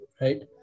right